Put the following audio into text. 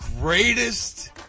greatest